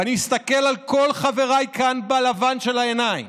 ואני אסתכל על כל חבריי כאן בלבן בעיניים,